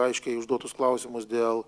aiškiai užduotus klausimus dėl